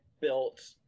built